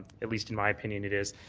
at least in my opinion it is.